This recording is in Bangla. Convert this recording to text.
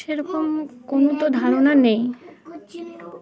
সেরকম কোনো তো ধারণা নেই